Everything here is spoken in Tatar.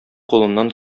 кулыннан